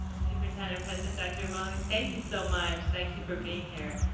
superintendent president dr. romali. thank you so much, thank you for being here.